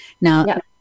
Now